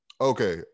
Okay